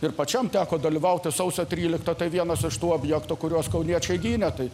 ir pačiam teko dalyvauti sausio tryliktą tai vienas iš tų objektų kuriuos kauniečiai gynė tai